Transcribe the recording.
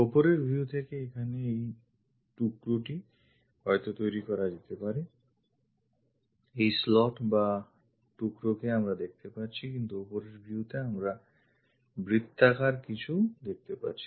ওপরের view থেকে এখানে এই টুকরো টি হয়ত তৈরী করা যেতে পারে এই slot বা টুকরোকে আমরা দেখতে যাচ্ছি কিন্তু ওপরের viewতে আমরা বৃত্তাকার কিছু দেখতে পাচ্ছি